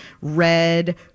red